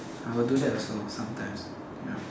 I will do that also sometimes ya